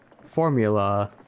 formula